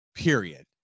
Period